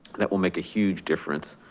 that will make a huge difference,